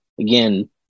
again